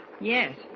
Yes